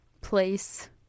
place